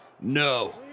No